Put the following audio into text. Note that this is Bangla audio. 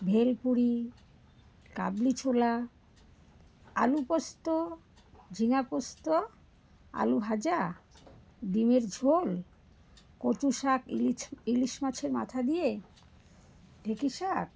ভেল পুড়ি কাবলি ছোলা আলু পোস্ত ঝিঙা পোস্ত আলু ভাজা ডিমের ঝোল কচু শাক ইলিশ ইলিশ মাছের মাথা দিয়ে ঢেঁকি শাক